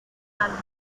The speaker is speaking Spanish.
álbum